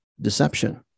deception